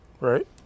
Right